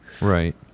Right